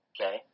okay